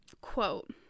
quote